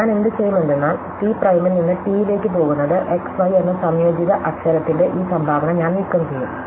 ഞാൻ എന്തുചെയ്യും എന്തെന്നാൽ ടി പ്രയ്മിൽ നിന്ന് ടിയിലേക്ക് പോകുന്നത് x y എന്ന സംയോജിത അക്ഷരത്തിന്റെ ഈ സംഭാവന ഞാൻ നീക്കംചെയ്യും